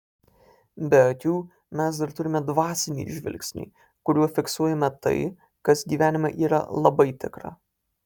be akių mes dar turime dvasinį žvilgsnį kuriuo fiksuojame tai kas gyvenime yra labai tikra